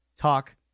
talk